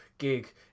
Gig